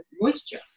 moisture